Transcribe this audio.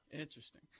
interesting